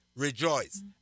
Rejoice